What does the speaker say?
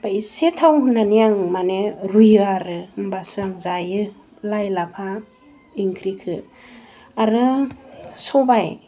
आमफ्राइ एसे थाव होनानै मानि रुयो आरो होनबासो आं जायो लाइ लाफा इंख्रिखौ आरो सबाय